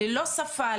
ללא שפה,